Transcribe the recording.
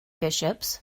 bishops